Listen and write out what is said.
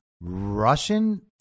Russian